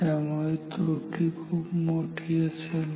त्यामुळे त्रुटी खूप मोठी असेल